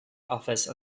office